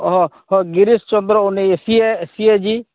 ᱚᱼᱦᱚ ᱜᱤᱨᱤᱥ ᱪᱚᱱᱫᱨᱚ ᱩᱱᱤ ᱥᱤ ᱮ ᱡᱤ